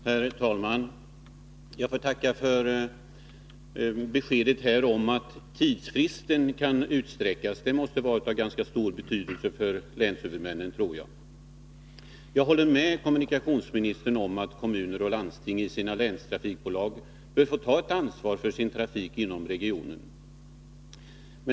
Herr talman! Jag får tacka för beskedet om att tidsfristen kan utsträckas. Det måste enligt min mening vara av ganska stor betydelse för länshuvudmännen. Jag håller med kommunikationsministern om att kommuner och landsting genom sina länstrafikbolag bör få ta ett ansvar för trafiken inom regionen.